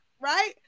right